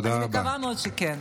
אני מקווה מאוד שכן.